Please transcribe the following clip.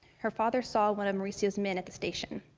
her father saw one of mauricio's men at the station.